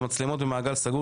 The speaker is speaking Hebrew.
המצלמות במעגל סגור,